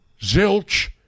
Zilch